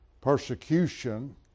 persecution